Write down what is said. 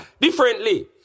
differently